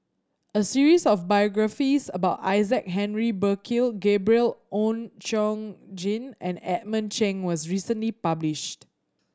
a series of biographies about Isaac Henry Burkill Gabriel Oon Chong Jin and Edmund Cheng was recently published